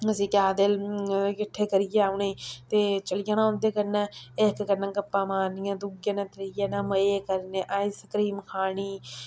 उसी केह् आखदे किट्ठे करियै उ'नें गी ते चली जाना उं'दे कन्नै इक कन्नै गप्पां मारनियां दुए कन्नै त्रिए कन्नै मजे करने आइसक्रीम खानी